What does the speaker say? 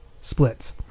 splits